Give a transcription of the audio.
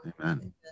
amen